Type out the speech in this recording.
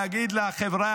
להגיד לה: חבריא,